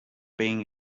being